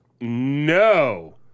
No